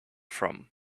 from